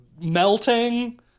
melting